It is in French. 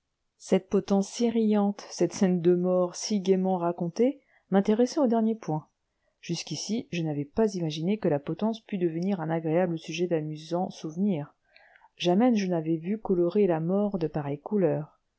cette potence si riante cette scène de mort si gaiement racontée m'intéressaient au dernier point jusqu'ici je n'avais pas imaginé que la potence pût devenir un agréable sujet d'amusants souvenirs jamais je n'avais vu colorer la mort de pareilles couleurs